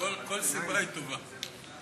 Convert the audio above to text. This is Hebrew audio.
היושב-ראש, כל סיבה היא טובה להפיל את הממשלה,